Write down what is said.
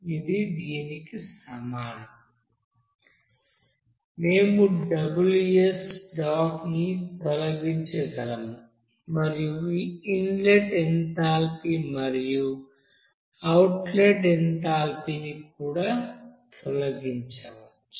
ఇది కి సమానం మేము ని తొలగించగలము మరియు ఈ ఇన్లెట్ ఎంథాల్పీ మరియు అవుట్లెట్ ఎంథాల్పీని కూడా తొలగించవచ్చు